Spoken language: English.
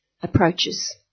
approaches